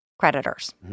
Creditors